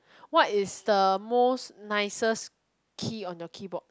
what is the most nicest key on the keyboard